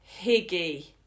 higgy